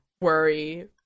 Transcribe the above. worry